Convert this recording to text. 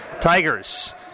Tigers